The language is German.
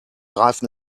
reifen